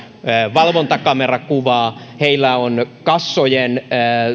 valvontakamerakuvaa heillä on kassojen